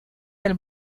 del